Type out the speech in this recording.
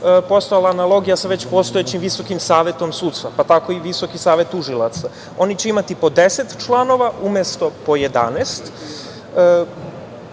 postojala analogija sa već postojećim Visokim savetom sudstva, pa tako i Visoki savet tužilaca. Oni će imati po deset članova, umesto po jedanaest. Pomenuo